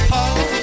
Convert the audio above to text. Paul